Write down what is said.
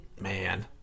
Man